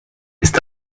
ist